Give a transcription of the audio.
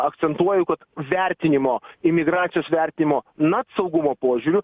akcentuoju kad vertinimo imigracijos vertinimo net saugumo požiūriu